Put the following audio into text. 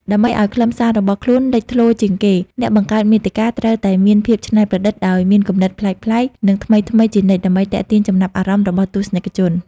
ដើម្បីឱ្យខ្លឹមសាររបស់ខ្លួនលេចធ្លោជាងគេ អ្នកបង្កើតមាតិកាត្រូវតែមាន ភាពច្នៃប្រឌិត ដោយមានគំនិតប្លែកៗ និងថ្មីៗជានិច្ចដើម្បីទាក់ទាញចំណាប់អារម្មណ៍របស់ទស្សនិកជន។